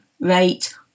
rate